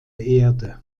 erde